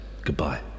Goodbye